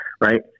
Right